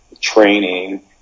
training